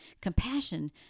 Compassion